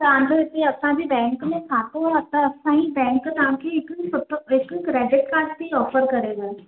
तव्हां जो हिते असां जी बैंक में खातो आहे त असां जी बैंक तव्हां खे हिक सुठो हिक क्रेडिट कार्ड थी ऑफ़र करेव